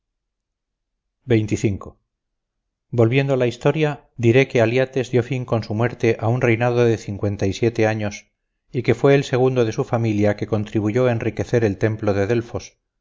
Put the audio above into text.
volviendo a la historia dirá que aliates dio fin con su muerte a un reinado de cincuenta y siete años y que fue el segundo de su familia que contribuyó a enriquecer el templo de delfos